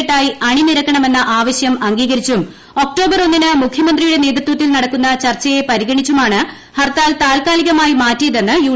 വിഷയത്തിൽ ജില്ല ഒറ്റക്കെട്ടായി അണിനിരക്കണമെന്ന ആവശ്യം അംഗീകരിച്ചും ഒക്ടോബർ ഒന്നിന് മുഖ്യമന്ത്രിയുടെ നേതൃത്വത്തിൽ നടക്കുന്ന ചർച്ചയെ പരിഗണിച്ചുമാണ് ഹർത്താൽ താൽക്കാലികമായി മാറ്റിയതെന്ന് യു